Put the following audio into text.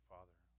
Father